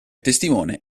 testimone